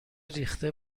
ریخته